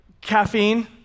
caffeine